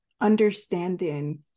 understanding